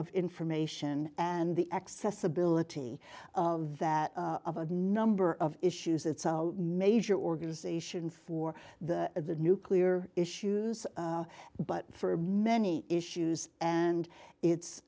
of information and the accessibility of that of a number of issues it's a major organization for the nuclear issues but for many issues and it's